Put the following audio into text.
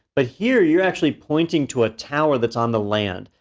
but here you're actually pointing to a tower that's on the land.